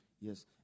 Yes